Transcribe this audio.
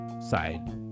side